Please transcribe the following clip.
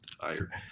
Tired